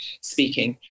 speaking